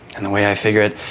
and the way i figure it,